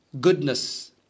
Goodness